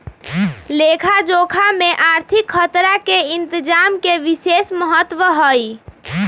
लेखा जोखा में आर्थिक खतरा के इतजाम के विशेष महत्व हइ